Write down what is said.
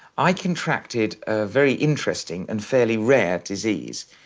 i contracted a very interesting and fairly rare disease.